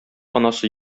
анасы